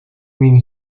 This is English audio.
mean